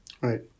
Right